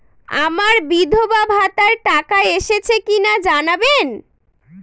আমার বিধবাভাতার টাকা এসেছে কিনা জানাবেন?